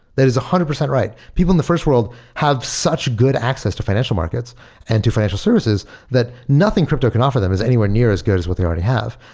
that is one hundred percent right. people in the first world have such good access to financial markets and to financial services that nothing crypto can offer them is anywhere near as good as what they already have.